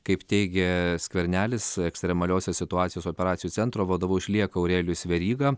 kaip teigia skvernelis ekstremaliosios situacijos operacijų centro vadovu išlieka aurelijus veryga